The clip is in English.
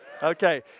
Okay